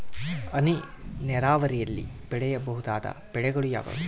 ಹನಿ ನೇರಾವರಿಯಲ್ಲಿ ಬೆಳೆಯಬಹುದಾದ ಬೆಳೆಗಳು ಯಾವುವು?